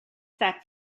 that